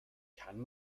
kann